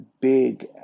big